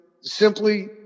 simply